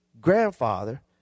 grandfather